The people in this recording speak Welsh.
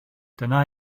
dyna